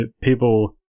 people